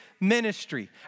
ministry